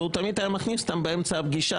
הוא היה מכניס אותם תמיד באמצע הפגישה,